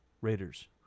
Raiders